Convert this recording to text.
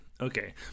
okay